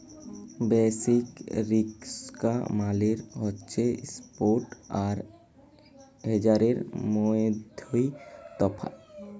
basis risk মালে হছে ইস্প্ট আর হেজের মইধ্যে তফাৎ